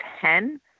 Ten